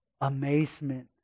Amazement